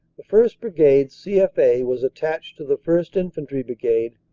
the first. brigade c f a. was attached to the first. infantry brigade,